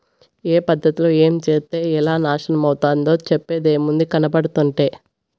ఏ పద్ధతిలో ఏంచేత్తే ఎలా నాశనమైతందో చెప్పేదేముంది, కనబడుతంటే